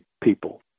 people